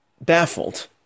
baffled